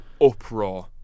Uproar